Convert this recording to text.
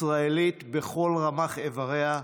ישראלית בכל רמ"ח אבריה,